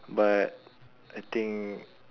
but I think